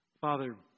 Father